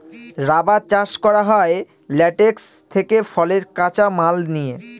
rubber চাষ করা হয় ল্যাটেক্স থেকে ফলের কাঁচা মাল নিয়ে